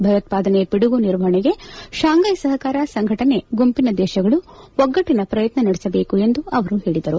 ಭಯೋತ್ಪಾದನೆ ಪಿಡುಗು ನಿರ್ವಹಣೆಗೆ ಶಾಂಘೈ ಸಹಕಾರ ಸಂಘಟನೆ ಗುಂಪಿನ ದೇಶಗಳು ಒಗ್ಗಟ್ಟಿನ ಪ್ರಯತ್ನ ನಡೆಸಬೇಕು ಎಂದು ಅವರು ಹೇಳದರು